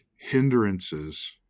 hindrances